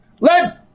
Let